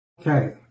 Okay